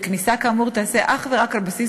וכניסה כאמור תיעשה אך ורק על בסיס